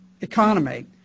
economy